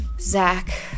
Zach